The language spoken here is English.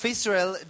Israel